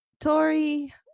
Tory